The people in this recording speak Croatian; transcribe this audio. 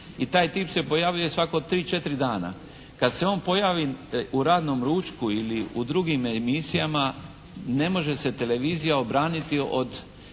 I taj tip se pojavljuje svako tri, četiri dana. Kad se on pojavi u "Radnom ručku" ili u drugim emisijama ne može se televizija obraniti od